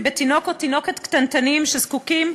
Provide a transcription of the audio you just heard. בתינוק או תינוקת קטנטנים שזקוקים